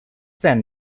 then